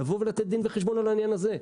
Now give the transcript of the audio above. לבוא ולתת דין וחשבון על העניין הזה.